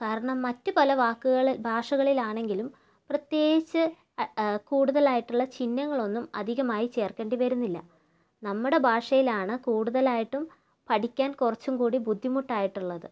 കാരണം മറ്റു പല വാക്കുകളിൽ ഭാഷകളിൽ ആണെങ്കിലും പ്രത്യേകിച്ച് കൂടുതലയിട്ടുള്ള ചിഹ്നങ്ങളൊന്നും അധികമായി ചേർക്കേണ്ടി വരുന്നില്ല നമ്മുടെ ഭാഷയിലാണ് കൂടുതലായിട്ടും പഠിക്കാൻ കുറച്ചും കൂടി ബുദ്ധിമുട്ടായിട്ടുള്ളത്